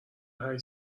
هشت